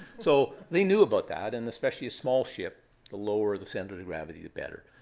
so they knew about that. and especially a small ship the lower the center gravity, the better.